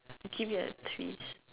and give it a twist